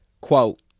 Quote